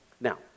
Now